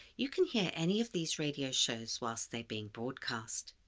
you can hear any of these radio shows whilst they're being broadcast.